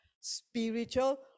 spiritual